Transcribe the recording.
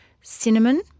cinnamon